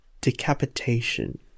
decapitation